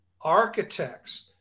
architects